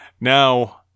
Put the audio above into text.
Now